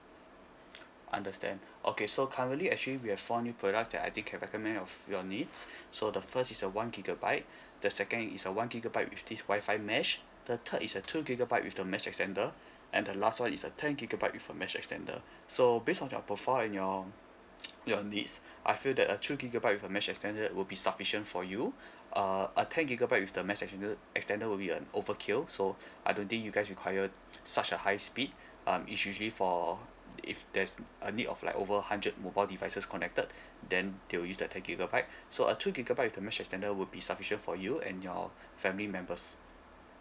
understand okay so currently actually we have four new products that I think can recommend of your needs so the first is a one gigabyte the second is a one gigabyte with this wifi mesh the third is a two gigabyte with the mesh extender and the last one is a ten gigabyte with a mesh extender so based on your profile and your your needs I feel that a two gigabyte with a mesh extender will be sufficient for you uh uh ten gigabyte with the mesh extender extender will be an overkill so I don't think you guys required such a high speed um it's usually for if there's a need of like over hundred mobile devices connected then they will use the ten gigabyte so uh two gigabyte with the mesh extender would be sufficient for you and your family members